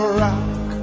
rock